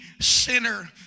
sinner